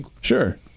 Sure